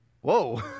whoa